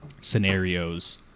scenarios